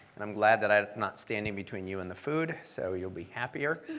and i'm glad that i'm not standing between you and the food, so you'll be happier.